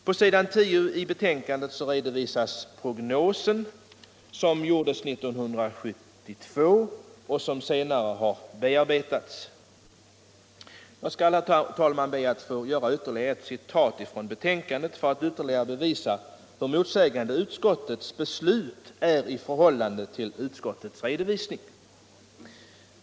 På s. 10 i betänkandet redovisas den prognos som gjordes 1972 och som senare har bearbetats. Jag skall, herr talman, be att få göra ytterligare ett citat ur betänkandet för att bevisa hur motsägande utskottets beslut är i förhållande till utskottets redovisning.